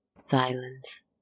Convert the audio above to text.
silence